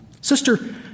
Sister